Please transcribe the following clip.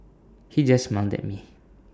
he just smiled at me